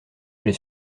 j’ai